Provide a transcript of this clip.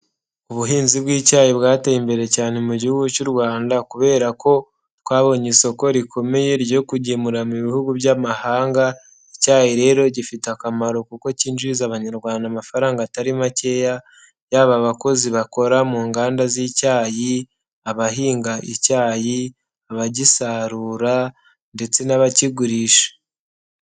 Ubuhinzi bw'icyayi bwateye imbere cyane mu gihugu cy'u Rwanda, kubera ko twabonye isoko rikomeye ryo kugemura ibihugu by'amahanga, icyayi rero gifite akamaro kuko kinjiriza abanyarwanda amafaranga atari makeya, yaba abakozi bakora mu nganda z'icyayi, abahinga icyayi, abagisarura, ndetse n'abakigurisha.